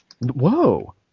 Whoa